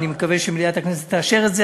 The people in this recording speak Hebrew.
אני מקווה שמליאת הכנסת תאשר את זה,